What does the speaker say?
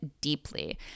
deeply